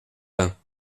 bains